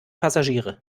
passagiere